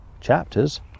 chapters